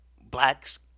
blacks